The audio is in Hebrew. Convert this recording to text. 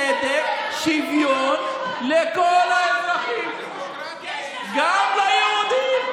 צדק ושוויון לכל האזרחים, גם ליהודים.